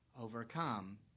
Overcome